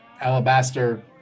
Alabaster